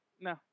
No